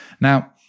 Now